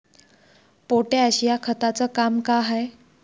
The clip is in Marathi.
पोटॅश या खताचं काम का हाय?